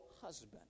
husband